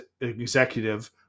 executive